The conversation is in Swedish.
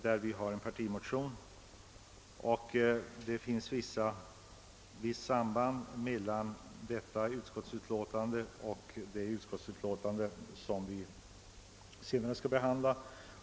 Det finns också ett visst samband mellan det utskottsutlåtande som nu diskuteras och det som senare kommer att behandlas.